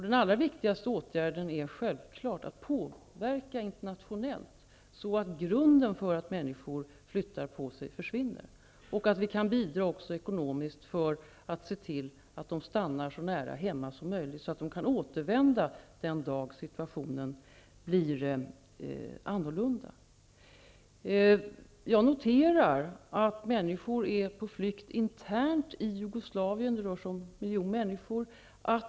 De allra viktigaste åtgärderna är självfallet att påverka internationellt, så att grunden till att dessa människor flyttar på sig försvinner, och att bidra ekonomiskt, så att människor stannar så nära sina hem som möjligt och kan återvända den dag situationen blir annorlunda. Jag noterar att människor är på flykt inom Jugoslavien. Det rör sig om en miljon människor.